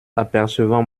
apercevant